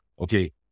okay